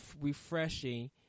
refreshing